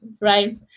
Right